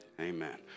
Amen